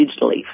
digitally